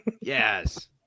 Yes